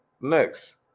next